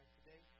today